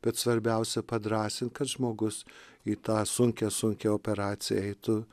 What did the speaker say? bet svarbiausia padrąsint kad žmogus į tą sunkią sunkią operaciją eitų